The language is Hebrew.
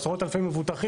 עשרות אלפי מבוטחים,